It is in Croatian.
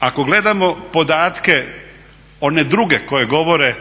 Ako gledamo podatke one druge koji govore